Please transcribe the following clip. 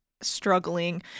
struggling